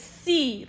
see